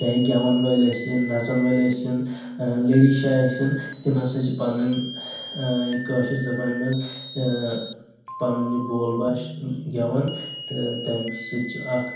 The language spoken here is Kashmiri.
چاہے گٮ۪وان وألۍ أسِنۍ نژان وألۍ أسِنۍ لٔڈی شاہ أسِنۍ تِمہٕ ہسا چھ پنٔنۍ کأشر زبانہِ منٛز پنُن یہِ بول باش گٮ۪وان تہٕ تٔمہِ سۭتۍ چھ اکھ